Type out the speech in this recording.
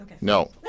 No